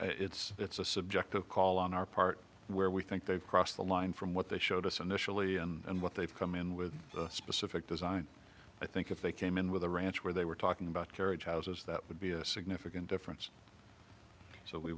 it's it's a subjective call on our part where we think they've crossed the line from what they showed us initially and what they've come in with the specific design i think if they came in with a ranch where they were talking about carriage houses that would be a significant difference so we